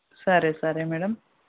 సరే సరే మేడమ్